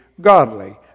godly